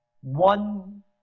one